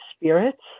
spirits